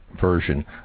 version